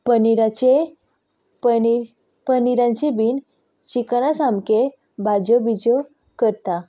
पनिराचें पनिराची बीन चिकना सारके भाजयो बिजयो करता